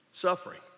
suffering